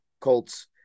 Colts